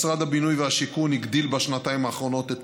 משרד הבינוי והשיכון הגדיל בשנתיים האחרונות את